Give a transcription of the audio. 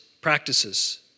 practices